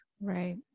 Right